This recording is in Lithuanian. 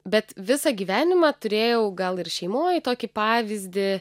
bet visą gyvenimą turėjau gal ir šeimoj tokį pavyzdį